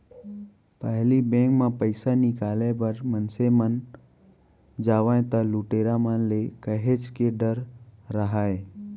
पहिली बेंक म पइसा निकाले बर मनसे मन जावय त लुटेरा मन ले काहेच के डर राहय